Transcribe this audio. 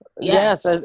yes